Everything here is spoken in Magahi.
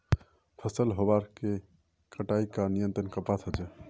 फसल हमार के कटाई का नियंत्रण कपास होचे?